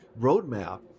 roadmap